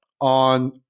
on